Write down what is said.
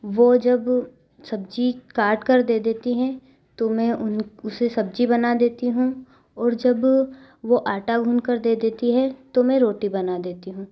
वो जब सब्जी काट कर दे देती हैं तो मैं उन उसे सब्जी बना देती हूँ और जब वो आटा गूंथ कर दे देती हैं तो मैं रोटी बना देती हूँ